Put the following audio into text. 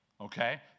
Okay